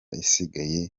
isigaye